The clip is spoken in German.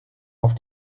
auf